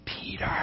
Peter